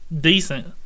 decent